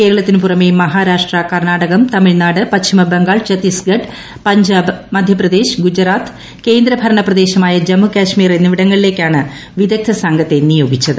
കേരളത്തിനു പുറമെ മഹാരാഷ്ട്രു കർണാടകം തമിഴ്നാട് പശ്ചിമബംഗാൾ ഛത്തീസ്ഗഢ് പഞ്ചാബ് മധ്യപ്രദേശ് ഗുജറാത്ത് കേന്ദ്രഭരണപ്രദേശമായ ജമ്മു കശ്മീർ എന്നിവിടങ്ങളിലേക്കാണ് വിദഗ്ധ സംഘത്തെ നിയ്യോഗിച്ചത്